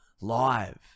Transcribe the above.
live